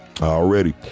Already